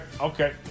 okay